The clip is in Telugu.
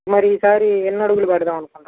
మరి ఈసారి ఎన్ని అడుగులు పెడదామనుకుంటున్నావు అన్న